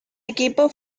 equipo